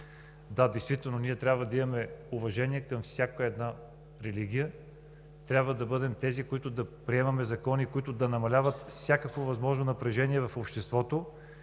Да, действително ние трябва да имаме уважение към всяка една религия, трябва да бъдем тези, които да приемаме закони, които да намаляват всякакво възможно напрежение в обществото.